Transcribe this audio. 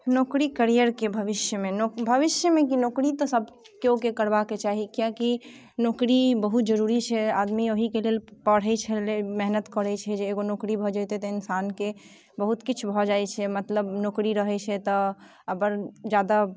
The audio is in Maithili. नौकरी करियरके भविष्य मे भविष्य मे कि नौकरी तऽ सभ केओ के करबाक चाही किएकि नौकरी बहुत जरूरी छै आदमी ओहि के लेल पढ़ै छलै मेहनत करै छै जे एगो नौकरी भऽ जाइतै तऽ इन्सान के बहुत किछु भऽ जाइ छै मतलब नौकरी रहै छै तऽ अपन जादा